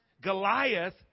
Goliath